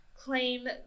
claim